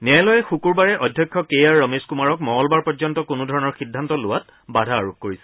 ন্যায়ালয়ে শুকুৰবাবে অধ্যক্ষ কে আৰ ৰমেশ কুমাৰক মঙলবাৰ পৰ্যন্ত কোনো ধৰণৰ সিদ্ধান্ত লোৱাত বাধা আৰোপ কৰিছে